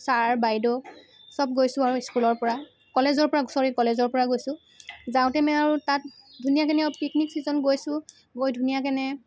sir বাইদেউ চব গৈছোঁ আৰু স্কুলৰ পৰা কলেজৰ পৰা ছৰী কলেজৰ পৰা গৈছোঁ যাওঁতে আমি আৰু তাত ধুনীয়া কেনে আৰু পিকনিক ছিজন গৈছোঁ গৈ ধুনীয়া কেনে